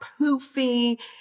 poofy